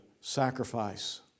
sacrifice